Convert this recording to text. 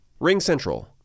RingCentral